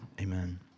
amen